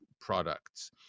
products